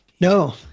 No